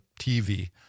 TV